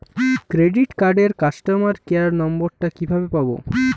Credit কার্ডের customer care number টা কিভাবে পাবো?